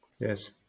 Yes